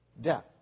death